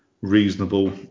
reasonable